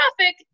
traffic